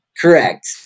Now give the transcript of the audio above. Correct